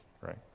right